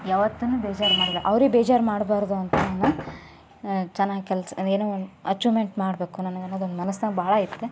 ಯಾವತ್ತೂನು ಬೇಜಾರು ಮಾಡಿಲ್ಲ ಅವ್ರಿಗೆ ಬೇಜಾರು ಮಾಡಬಾರ್ದು ಅಂತ ನಾನು ಚೆನ್ನಾಗಿ ಕೆಲಸ ಏನೋ ಒಂದು ಅಚೀವ್ಮೆಂಟ್ ಮಾಡಬೇಕು ನನಗೆ ಅನ್ನೋದೊಂದು ಮನಸ್ಸಿನಾಗ ಭಾಳ ಇತ್ತು